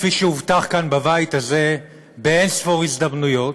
כפי שהובטח כאן בבית הזה באין-ספור הזדמנויות,